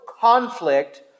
conflict